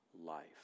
life